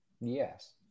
Yes